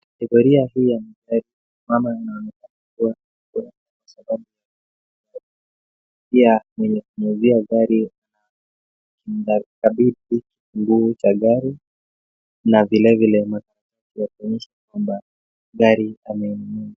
Tafaria hii ya magari, mama anaonekana kuwa...pia mwenye kumuuzia gari...akimkabithi kifunguo cha gari na vilevile makaratasi ya kuonyesha kwamba gari amenunua.